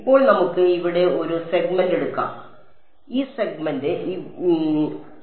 ഇപ്പോൾ നമുക്ക് ഇവിടെ ഒരു സെഗ്മെന്റ് എടുക്കാം അതിനാൽ ഈ സെഗ്മെന്റ് ഇവിടെ എടുക്കാം